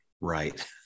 right